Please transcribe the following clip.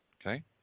Okay